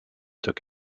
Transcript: took